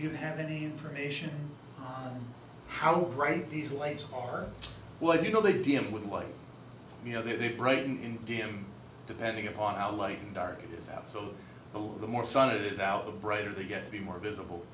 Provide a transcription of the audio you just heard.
you have any information on how great these lights are well you know they deal with life you know they're bright in d m depending upon how light and dark it is out so the more fun it is out the brighter they get the more visible